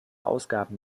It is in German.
ausgaben